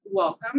Welcome